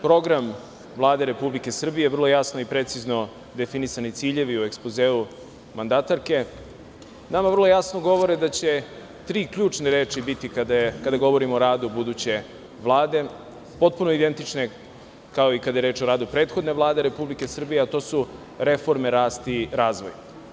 Program Vlade Republike Srbije, vrlo jasno i precizno definisani ciljevi u ekspozeu mandatarke nama vrlo jasno govore da će tri ključne reči biti kada govorimo o radu buduće Vlade, potpuno identične kao i kada je reč o radu prethodne Vlade Republike Srbije, a to su reforme, rast i razvoj.